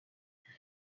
دارین